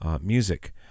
Music